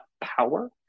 power